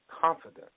confident